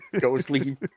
ghostly